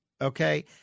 okay